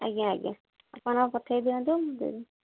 ଆଜ୍ଞା ଆଜ୍ଞା ଆପଣ ପଠାଇ ଦିଅନ୍ତୁ ମୁଁ ଦେବି